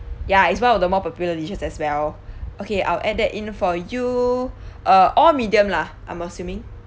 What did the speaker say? ya is one of the more popular dishes as well okay I'll add that in for you uh all medium lah I'm assuming